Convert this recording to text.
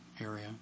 area